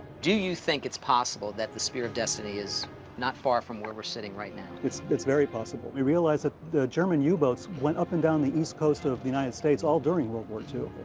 do you think it's possible that the spear of destiny is not far from where we're sitting right now? it's it's very possible. we realize that the german u-boats went up and down the east coast of the united states all during world war ii.